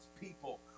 people